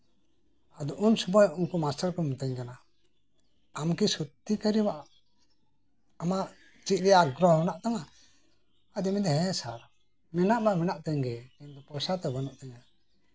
ᱩᱱ ᱥᱚᱢᱚᱭ ᱩᱱᱠᱩ ᱢᱟᱥᱴᱟᱨ ᱠᱚ ᱢᱤᱛᱟᱹᱧ ᱠᱟᱱᱟ ᱟᱢᱠᱤ ᱥᱚᱛᱛᱤ ᱠᱚᱨᱮ ᱟᱢᱟᱜ ᱪᱮᱫ ᱨᱮᱭᱟᱜ ᱟᱜᱽᱨᱚᱦᱚᱸ ᱢᱮᱱᱟᱜ ᱛᱟᱢᱟ ᱟᱫᱚᱧ ᱢᱮᱱᱫᱟ ᱦᱮᱸ ᱥᱟᱨ ᱢᱮᱱᱟᱜ ᱢᱟ ᱢᱮᱱᱟᱜ ᱛᱤᱧ ᱜᱮ ᱯᱚᱭᱥᱟ ᱛᱚ ᱵᱟᱹᱱᱩᱜ ᱛᱤᱧᱟ